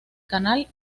canal